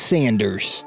Sanders